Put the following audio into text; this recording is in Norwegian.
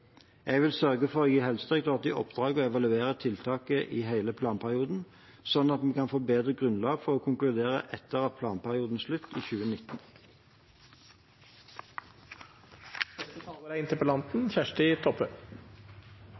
Jeg vil sørge for å gi Helsedirektoratet i oppdrag å evaluere tiltakene i hele planperioden, slik at vi kan få bedre grunnlag for å konkludere etter planperiodens slutt i 2019. Det er